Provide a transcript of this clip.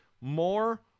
More